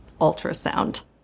ultrasound